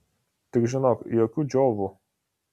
tik žinok jokių džiovų